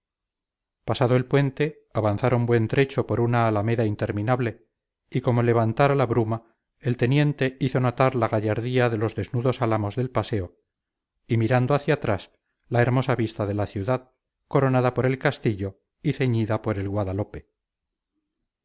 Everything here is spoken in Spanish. pasado el puente avanzaron buen trecho por una alameda interminable y como levantara la bruma el teniente hizo notar la gallardía de los desnudos álamos del paseo y mirando hacia atrás la hermosa vista de la ciudad coronada por el castillo y ceñida por el guadalope